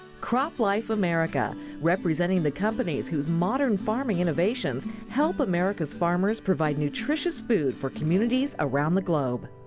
croplife america representing the companies whose modern farming innovations help america's farmers provide nutritious food for communities around the globe.